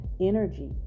energy